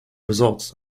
results